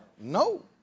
No